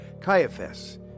Caiaphas